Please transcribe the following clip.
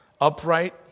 upright